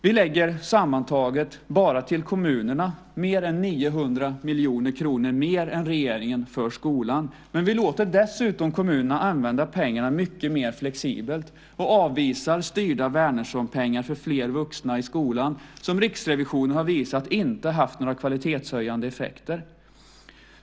Vi lägger sammantaget bara till kommunerna mer än 900 miljoner kronor mer än regeringen för skolan. Vi låter dessutom kommunerna använda pengarna mycket mer flexibelt och avvisar styrda Wernerssonpengar för fler vuxna i skolan, som Riksrevisionen har visat inte har haft några kvalitetshöjande effekter.